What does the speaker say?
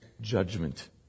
judgment